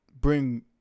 bring